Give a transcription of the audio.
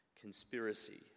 conspiracy